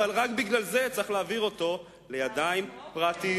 אבל, רק בגלל זה צריך להעביר אותו לידיים פרטיות.